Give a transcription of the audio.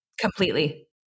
completely